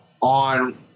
on